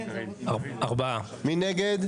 מי נגד?